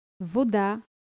voda